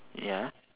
ya